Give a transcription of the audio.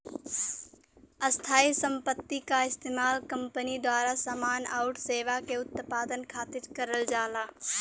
स्थायी संपत्ति क इस्तेमाल कंपनी द्वारा समान आउर सेवा के उत्पादन खातिर करल जाला